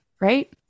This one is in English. right